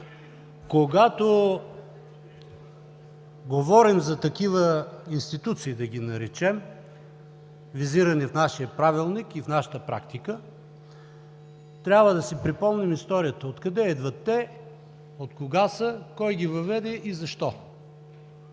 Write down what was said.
Когато говорим за такива институции, да ги наречем, визирани в нашия Правилник и в нашата практика, трябва да си припомним историята – откъде идват те, откога са, кой ги въведе и защо?